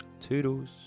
toodles